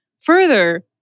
Further